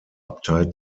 abtei